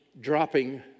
dropping